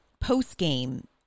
post-game